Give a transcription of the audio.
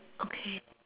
okay